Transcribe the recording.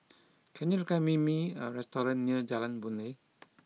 can you recommend me a restaurant near Jalan Boon Lay